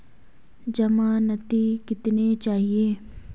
ज़मानती कितने चाहिये?